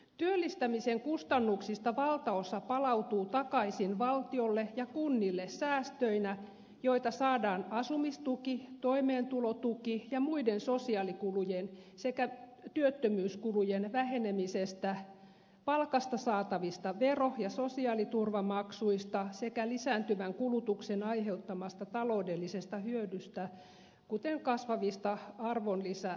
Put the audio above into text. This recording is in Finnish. työllistämisen kustannuksista valtaosa palautuu takaisin valtiolle ja kunnille säästöinä joita saadaan asumistuki toimeentulotuki ja muiden sosiaalikulujen sekä työttömyyskulujen vähenemisestä palkasta saatavista vero ja sosiaaliturvamaksuista sekä lisääntyvän kulutuksen aiheuttamasta taloudellisesta hyödystä kuten kasvavista arvonlisäverotuloista